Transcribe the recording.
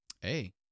Hey